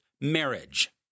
marriage